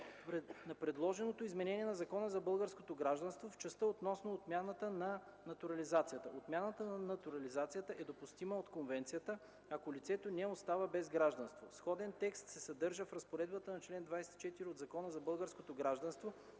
на предложеното изменение на Закона за българското гражданство, в частта относно отмяната на натурализацията. Отмяната на натурализацията е допустима от Конвенцията, ако лицето не остава без гражданство. Сходен текст се съдържа в разпоредбата на чл. 24 от Закона за българското гражданство